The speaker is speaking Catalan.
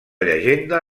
llegenda